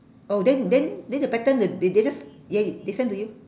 oh then then then the pattern th~ they just they they send to you